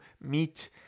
meat